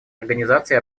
организации